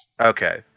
Okay